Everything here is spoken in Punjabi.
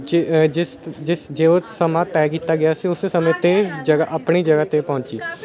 ਜੇ ਜਿਸ ਜਿਸ ਜੋ ਸਮਾਂ ਤੈਅ ਕੀਤਾ ਗਿਆ ਸੀ ਉਸੇ ਸਮੇਂ 'ਤੇ ਜਗ੍ਹਾ ਆਪਣੀ ਜਗ੍ਹਾ 'ਤੇ ਪਹੁੰਚੀ